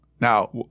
Now